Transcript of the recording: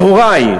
מהורי,